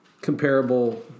comparable